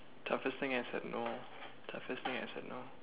toughest thing I said no toughest thing I said no